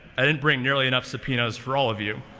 i didn't bring nearly enough subpoenas for all of you.